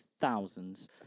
thousands